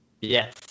Yes